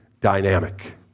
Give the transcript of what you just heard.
dynamic